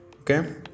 okay